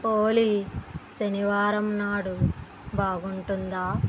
ఓలీ శనివారం నాడు బాగుంటుందా